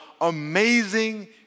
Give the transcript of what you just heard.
amazing